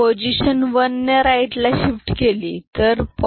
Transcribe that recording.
position 1 ने right ला shift केली तर 0